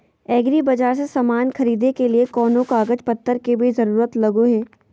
एग्रीबाजार से समान खरीदे के लिए कोनो कागज पतर के भी जरूरत लगो है?